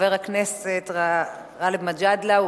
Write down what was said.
חבר הכנסת גאלב מג'אדלה,